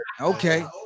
Okay